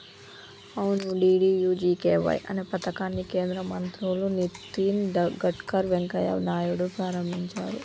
అవును డి.డి.యు.జి.కే.వై అనే పథకాన్ని కేంద్ర మంత్రులు నితిన్ గడ్కర్ వెంకయ్య నాయుడులు ప్రారంభించారు